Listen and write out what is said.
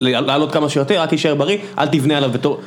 לעלות כמה שיותר, אל תשאר בריא, אל תבנה עליו בתור...